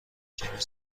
کمی